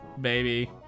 baby